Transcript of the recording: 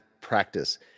practice